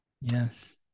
yes